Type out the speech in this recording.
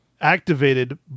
activated